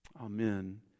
Amen